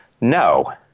no